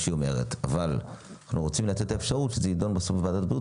אבל אנחנו רוצים לתת את האפשרות שזה יידון בוועדת בריאות,